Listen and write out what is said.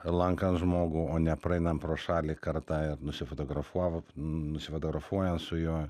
lankant žmogų o nepraeinam pro šalį kartą nusifotografavo nusifotografuojam su juo